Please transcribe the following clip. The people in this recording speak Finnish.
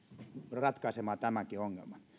ratkaisemaan tämänkin ongelman